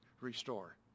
restore